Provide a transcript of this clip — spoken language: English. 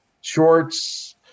shorts